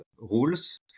rules